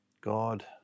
God